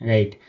Right